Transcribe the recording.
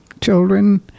children